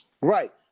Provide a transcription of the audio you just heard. right